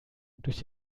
durch